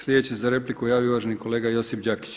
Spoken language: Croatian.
Sljedeći se za repliku javio uvaženi kolega Josip Đakić.